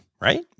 right